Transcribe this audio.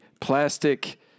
plastic